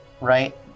right